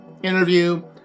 Interview